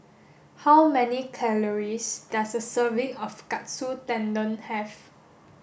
how many calories does a serving of Katsu Tendon have